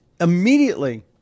immediately